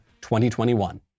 2021